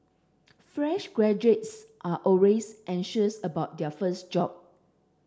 fresh graduates are always anxious about their first job